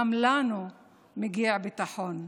גם לנו מגיע ביטחון.